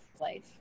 life